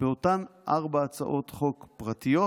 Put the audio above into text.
באותן ארבע הצעות חוק פרטיות,